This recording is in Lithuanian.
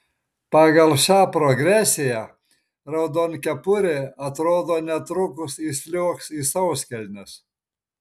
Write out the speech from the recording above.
pagal šią progresiją raudonkepurė atrodo netrukus įsliuogs į sauskelnes